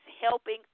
helping